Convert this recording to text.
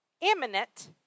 Imminent